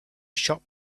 shop